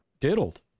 diddled